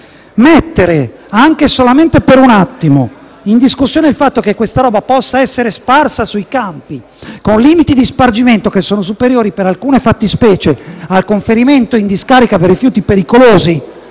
Prendere, anche solamente per un attimo, in considerazione il fatto che questa roba possa essere sparsa sui campi, con limiti di spargimento che sono superiori, per alcune fattispecie, al conferimento in discarica dei rifiuti pericolosi